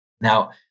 now